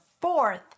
fourth